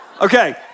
Okay